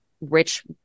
rich